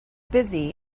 busy